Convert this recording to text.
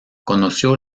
conoció